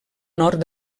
nord